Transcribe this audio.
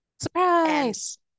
Surprise